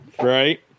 Right